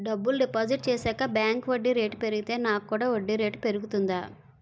డబ్బులు డిపాజిట్ చేశాక బ్యాంక్ వడ్డీ రేటు పెరిగితే నాకు కూడా వడ్డీ రేటు పెరుగుతుందా?